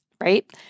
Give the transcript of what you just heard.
right